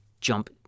jump